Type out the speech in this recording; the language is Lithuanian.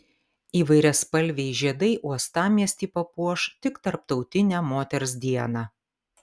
įvairiaspalviai žiedai uostamiestį papuoš tik tarptautinę moters dieną